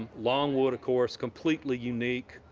longwood, of course, completely unique.